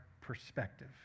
perspective